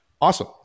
awesome